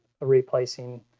replacing